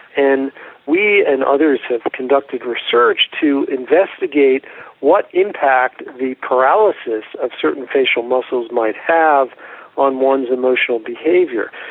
and we and others have conducted research to investigate what impact the paralysis of certain facial muscles might have on one's emotional behaviour.